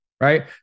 right